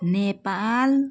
Nepal